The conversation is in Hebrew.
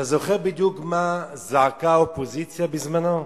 אתה זוכר מה בדיוק זעקה האופוזיציה בזמנו?